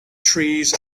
trees